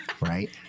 right